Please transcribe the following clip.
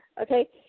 okay